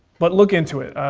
but look into it.